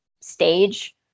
stage